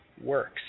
works